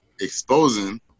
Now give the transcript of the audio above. exposing